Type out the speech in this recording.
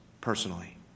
personally